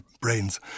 brains